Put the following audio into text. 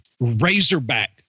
Razorback